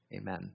Amen